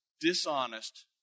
dishonest